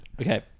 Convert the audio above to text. Okay